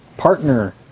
partner